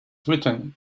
written